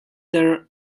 ter